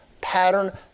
pattern